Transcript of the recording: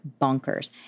bonkers